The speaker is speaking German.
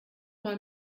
mal